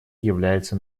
является